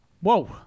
Whoa